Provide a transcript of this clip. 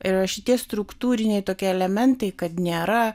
ir šitie struktūriniai tokie elementai kad nėra